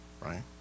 right